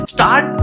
Start